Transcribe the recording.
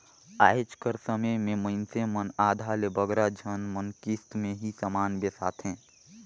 आएज कर समे में मइनसे मन आधा ले बगरा झन मन किस्त में ही समान बेसाथें